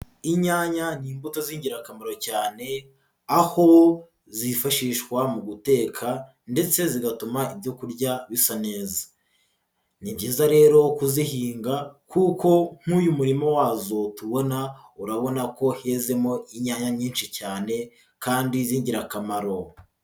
Inyanya ni imbuto z'ingirakamaro cyane, aho zifashishwa mu guteka ndetse zigatuma ibyo kurya bisa neza. Ni byiza rero kuzihinga kuko nk'uyu murima wazo tubona, urabona ko hezemo inyanya nyinshi cyane kandi z'ingirakamaro.